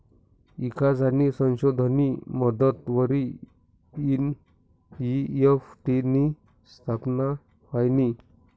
ईकास आणि संशोधननी मदतवरी एन.ई.एफ.टी नी स्थापना व्हयनी